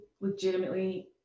legitimately